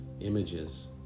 images